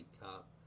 Cup